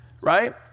right